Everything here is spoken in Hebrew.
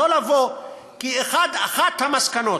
כי אחת המסקנות,